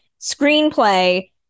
screenplay